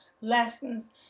lessons